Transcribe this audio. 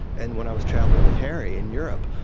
and when i was traveling with harry in europe,